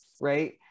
right